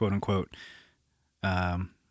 quote-unquote